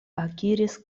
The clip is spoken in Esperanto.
akiris